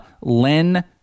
len